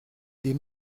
des